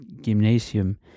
gymnasium